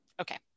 Okay